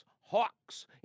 hawks